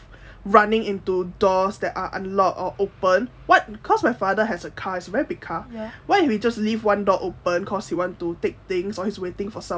running into doors that are unlocked or open what cause my father has a car it's very big car what if we just leave one door open cause he want to take things or he's waiting for someone or any other like